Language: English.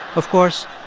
of course,